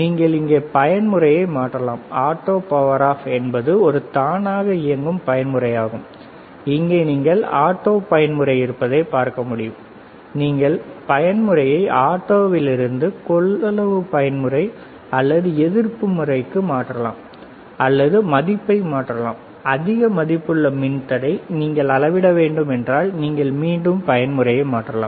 நீங்கள் இங்கே பயன்முறையை மாற்றலாம் ஆட்டோ பவர் ஆஃப் என்பது ஒரு தானாக இயங்கும் பயன்முறையாகும் இங்கே நீங்கள் ஆட்டோ பயன்முறை இருப்பதை பார்க்க முடியும் சரி நீங்கள் பயன்முறையை ஆட்டோவிலிருந்து கொள்ளளவு பயன்முறை அல்லது எதிர்ப்பு முறைக்கு மாற்றலாம் அல்லது மதிப்பை மாற்றலாம் அதிக மதிப்புள்ள மின்தடையை நீங்கள் அளவிட வேண்டும் என்றால் நீங்கள் மீண்டும் பயன்முறையை மாற்றலாம்